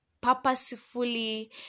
purposefully